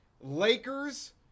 Lakers